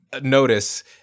notice